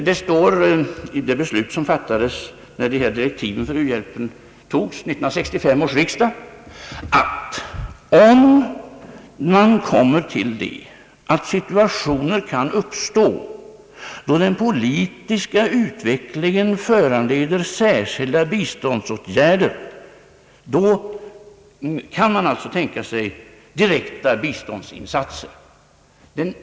Det står i det beslut som fattades när direktiven för u-hjälpen antogs vid 1965 års riksdag, att om situationer kan uppstå då den politiska utvecklingen föranleder särskilda biståndsåtgärder, kan man tänka sig direkta biståndsinsatser.